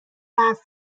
حرف